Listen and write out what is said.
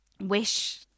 wish